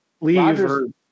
leave